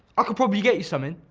could probably get you some in.